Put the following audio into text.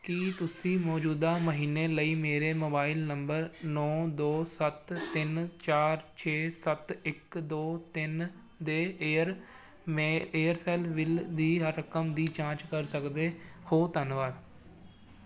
ਕੀ ਤੁਸੀਂ ਮੌਜੂਦਾ ਮਹੀਨੇ ਲਈ ਮੇਰੇ ਮੋਬਾਈਲ ਨੰਬਰ ਨੌਂ ਦੋ ਸੱਤ ਤਿੰਨ ਚਾਰ ਛੇ ਸੱਤ ਇੱਕ ਦੋ ਤਿੰਨ ਦੇ ਏਅਰ ਮੇ ਏਅਰਸੈਲ ਬਿੱਲ ਦੀ ਰਕਮ ਦੀ ਜਾਂਚ ਕਰ ਸਕਦੇ ਹੋ ਧੰਨਵਾਦ